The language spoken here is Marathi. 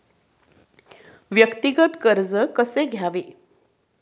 वैयक्तिक कर्ज कसे घ्यावे?